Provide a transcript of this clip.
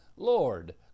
Lord